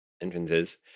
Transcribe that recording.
entrances